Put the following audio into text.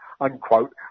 unquote